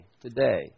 today